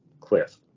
cliff